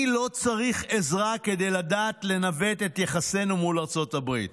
אני לא צריך עזרה כדי לדעת לנווט את יחסינו מול ארצות הברית.